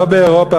לא באירופה,